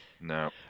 No